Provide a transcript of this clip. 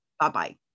Bye-bye